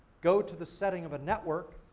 go to the setting of a network,